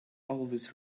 always